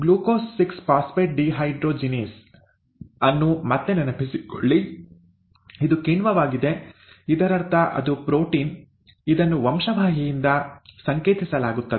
glucose 6 phosphate dehydrogenase ಅನ್ನು ಮತ್ತೆ ನೆನಪಿಸಿಕೊಳ್ಳಿ ಇದು ಕಿಣ್ವವಾಗಿದೆ ಇದರರ್ಥ ಅದು ಪ್ರೋಟೀನ್ ಇದನ್ನು ವಂಶವಾಹಿಯಿಂದ ಸಂಕೇತಿಸಲಾಗುತ್ತದೆ